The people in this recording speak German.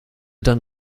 dann